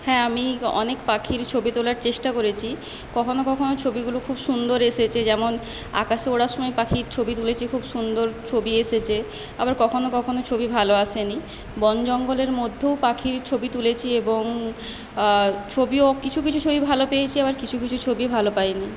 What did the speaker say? হ্যাঁ আমি অনেক পাখির ছবি তোলার চেষ্টা করেছি কখনও কখনও ছবিগুলো খুব সুন্দর এসেছে যেমন আকাশে ওড়ার সময় পাখির ছবি তুলেছি খুব সুন্দর ছবি এসেছে আবার কখনো কখনো ছবি ভালো আসে নি বনজঙ্গলের মধ্যেও পাখির ছবি তুলেছি এবং ছবিও কিছু কিছু ছবি ভালো পেয়েছি আবার কিছু কিছু ছবি ভালো পাই নি